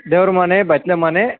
ದೇವರು ಮನೆ ಬಚ್ಲು ಮನೆ